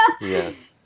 yes